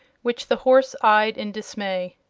which the horse eyed in dismay.